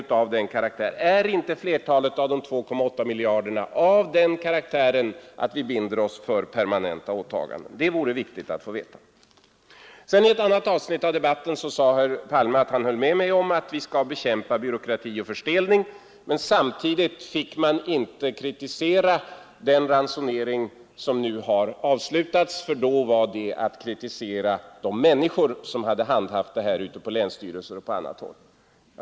Men är inte flertalet av de 2,8 miljarderna av den karaktären Onsdagen den att vi binder oss för permanenta åtaganden? Det är viktigt att få veta 30 januari 1974 detta. I ett annat avsnitt av debatten sade herr Palme att han håller med mig om att vi skall bekämpa byråkrati och förstelning, men samtidigt fick man inte kritisera den ransonering som nu har avslutats, eftersom det vore att kritisera de människor som hade handhaft den ute på länsstyrelser och på andra håll.